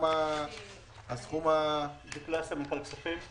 אני סמנכ"ל כספים בחברה.